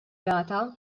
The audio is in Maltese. data